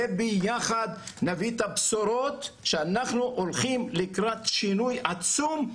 וביחד נביא את הבשורות שאנחנו הולכים לקראת שינוי עצום.